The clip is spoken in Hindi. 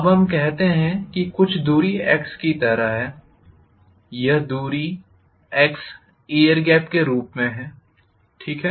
अब हम कहते हैं कि दूरी कुछ x की तरह है यह दूरी एयर गेप के रूप में है ठीक है